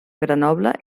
grenoble